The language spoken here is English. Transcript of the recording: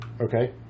Okay